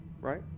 right